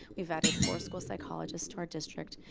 we've added four school psychologists to our district,